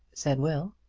said will.